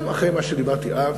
גם אחרי מה שדיברתי אז,